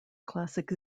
classic